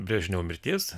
brežnevo mirties